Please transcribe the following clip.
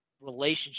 relationship